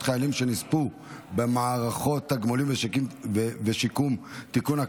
חיילים שנספו במערכה (תגמולים ושיקום) (תיקון,